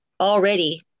already